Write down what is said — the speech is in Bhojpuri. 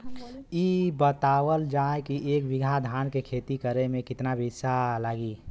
इ बतावल जाए के एक बिघा धान के खेती करेमे कितना बिया लागि?